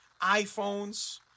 iPhones